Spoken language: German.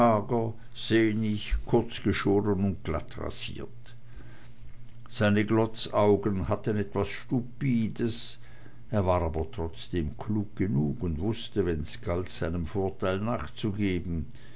sehnig kurzgeschoren und glattrasiert seine glotzaugen hatten etwas stupides er war aber trotzdem klug genug und wußte wenn's galt seinem vorteil nachzugehen